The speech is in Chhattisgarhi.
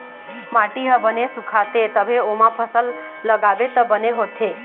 माटी ह बने सुखाथे तभे ओमा फसल लगाबे त बने होथे